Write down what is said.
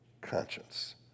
conscience